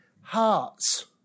hearts